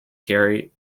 gary